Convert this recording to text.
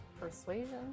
Persuasion